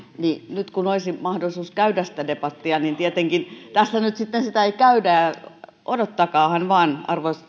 nyt kun olisi mahdollisuus käydä sitä debattia tietenkään tässä nyt sitten sitä ei käydä odottakaahan vain arvoisat